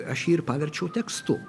aš jį ir paverčiau tekstu